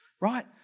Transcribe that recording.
right